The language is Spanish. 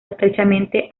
estrechamente